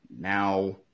now